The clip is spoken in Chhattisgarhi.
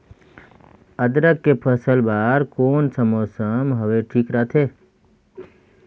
अदरक के फसल बार कोन सा मौसम हवे ठीक रथे?